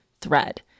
THREAD